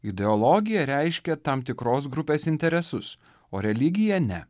ideologija reiškia tam tikros grupės interesus o religija ne